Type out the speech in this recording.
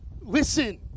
listen